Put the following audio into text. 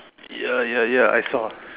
ya ya ya I saw